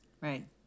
Right